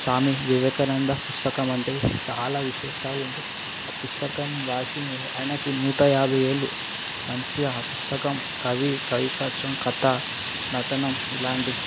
స్వామి వివేకానంద పుస్తకం వంటి చాలా విశేషాలు ఉంటాయి ఆ పుస్తకం వ్రాసి ఆయనకు నూట యాభై ఏళ్ళు మంచిగా ఆ పుస్తకం కవి కవి పరిచయం కథ నటన ఇలాంటి